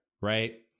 Right